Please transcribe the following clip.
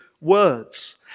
words